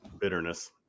Bitterness